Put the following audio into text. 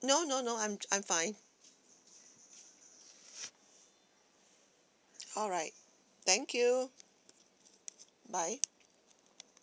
no no no I'm I'm fine alright thank you bye